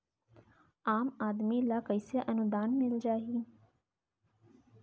आम आदमी ल कइसे अनुदान मिल जाही?